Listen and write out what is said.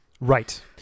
Right